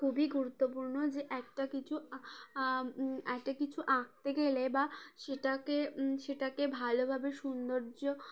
খুবই গুরুত্বপূর্ণ যে একটা কিছু একটা কিছু আঁকতে গেলে বা সেটাকে সেটাকে ভালোভাবে সৌন্দর্য